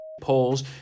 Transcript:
polls